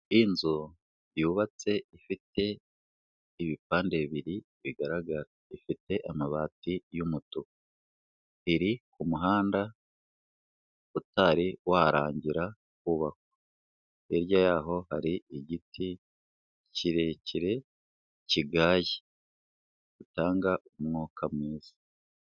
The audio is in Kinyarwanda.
Inzu yubatse ifite ibipande bibiri bigaragara, ifite amabati y'umutuku, iri ku muhanda utari warangira kubakwa, hirya yaho hari igiti kirekire kigaye gitanga umwuka mwiza.